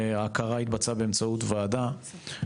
ההכרה התבצעה באמצעות וועדה.